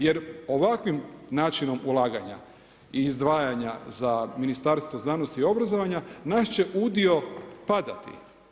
Jer, ovakav način polaganja i izdvajanja za Ministarstvo znanosti i obrazovanja, naš će udio padati.